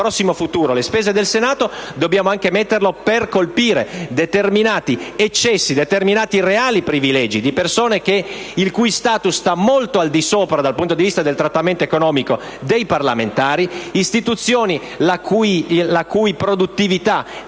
nel prossimo futuro, le spese del Senato dobbiamo anche metterli per colpire determinati eccessi, determinati reali privilegi di persone il cui *status* sta molto al di sopra, dal punto di vista del trattamento economico, dei parlamentari, di istituzioni la cui produttività è anche